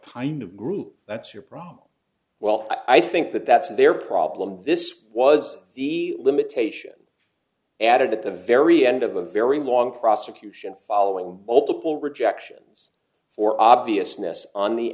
kind of group that's your problem well i think that that's their problem this was the limitation added at the very end of a very long prosecution following multiple rejections four obviousness on the